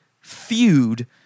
feud